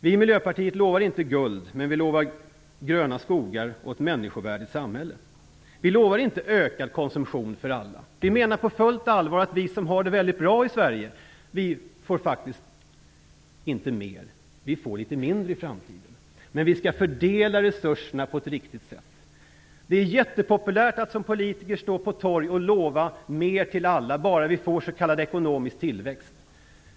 Vi i Miljöpartiet lovar inte guld, men vi lovar gröna skogar och ett människovärdigt samhälle. Vi lovar inte en ökad konsumtion för alla. Vi menar på fullt allvar att vi som har det väldigt bra i Sverige faktiskt inte kommer att få mer. Vi får litet mindre i framtiden. Men vi skall fördela resurserna på ett riktigt sätt. Det är jättepopulärt att som politiker stå på torg och lova mer till alla om det bara blir s.k. ekonomisk tillväxt.